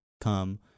come